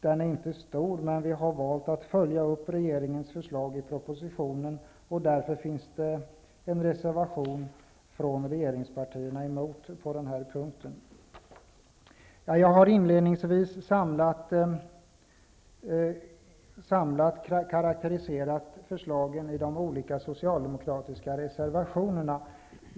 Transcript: Den är inte stor, men vi har valt att följa upp regeringens förslag i propositionen, och därför finns det en reservation från regeringspartierna på denna punkt. Jag har inledningsvis samlat karakteriserat förslagen i de olika socialdemokratiska reservationerna.